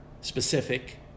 specific